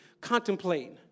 Contemplate